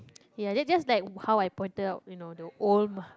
ya just just like how I pointed out you know the om